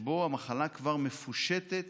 שבו המחלה כבר מפושטת